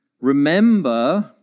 remember